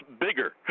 bigger